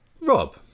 Rob